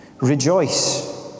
Rejoice